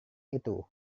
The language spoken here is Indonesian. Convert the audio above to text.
itu